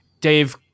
Dave